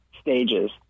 stages